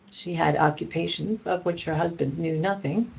she had occupations of which her husband knew nothing,